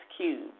Cube